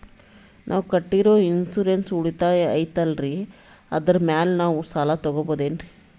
ನಾವು ಕಟ್ಟಿರೋ ಇನ್ಸೂರೆನ್ಸ್ ಉಳಿತಾಯ ಐತಾಲ್ರಿ ಅದರ ಮೇಲೆ ನಾವು ಸಾಲ ತಗೋಬಹುದೇನ್ರಿ?